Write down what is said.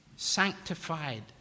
sanctified